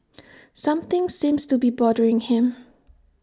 something seems to be bothering him